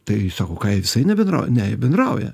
tai sako ką jie visai nebendrauja ne jie bendrauja